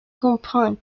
comprend